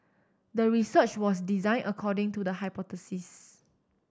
the research was designed according to the hypothesis